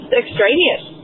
extraneous